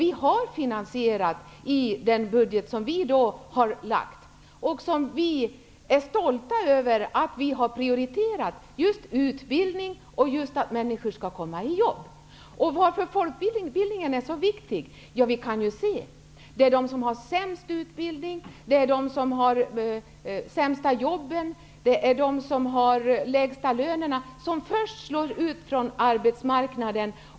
I vårt budgetförslag har vi en finansiering. Vi är stolta över att vi har prioriterat just utbildning och åtgärder som ger människor jobb. Anledningen till att folkbildningen är så viktig är att det är de som har den sämsta utbildningen, de sämsta jobben och de lägsta lönerna som först slås ut från arbetsmarknaden.